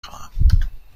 خواهم